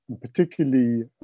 particularly